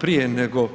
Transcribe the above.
Prije nego